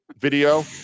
video